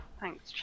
Thanks